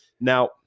now